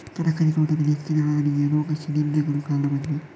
ತರಕಾರಿ ತೋಟದಲ್ಲಿ ಹೆಚ್ಚಿನ ಹಾನಿಗೆ ರೋಗ ಶಿಲೀಂಧ್ರಗಳು ಕಾರಣವಾಗಿವೆ